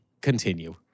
continue